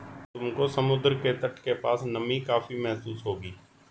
तुमको समुद्र के तट के पास नमी काफी महसूस होगी